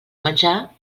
menjar